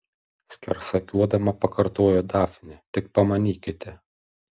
skersakiuodama pakartojo dafnė tik pamanykite